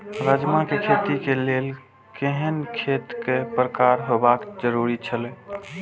राजमा के खेती के लेल केहेन खेत केय प्रकार होबाक जरुरी छल?